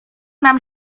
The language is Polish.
nam